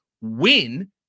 win